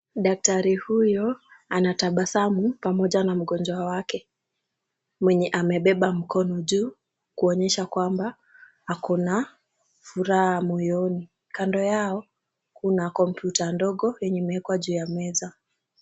Daktari huyo anatabasamu pamoja na mgonjwa wake, mwenye amebeba mkono juu kuonyesha kwamba ako na furaha moyoni. Kando yao kuna kompyuta ndogo yenye imewekwa juu ya meza.